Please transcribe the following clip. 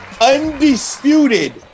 undisputed